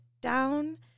down